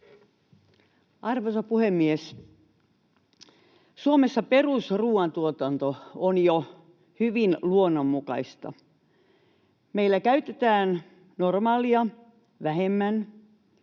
Arvoisa puhemies! Suomessa perusruoantuotanto on jo hyvin luonnonmukaista. Meillä käytetään normaalia vähemmän